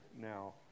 now